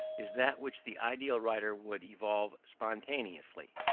is that which the ideal writer would evolve spontaneously.